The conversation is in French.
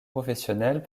professionnels